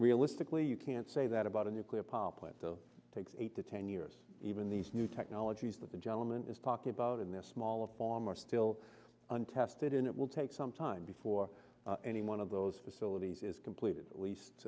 realistically you can't say that about a nuclear power plant the takes eight to ten years even these new technologies that the gentleman is talking about in this small a farm are still untested and it will take some time before any one of those facilities is completed at least